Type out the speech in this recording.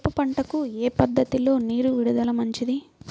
మిరప పంటకు ఏ పద్ధతిలో నీరు విడుదల మంచిది?